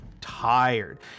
tired